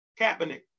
Kaepernick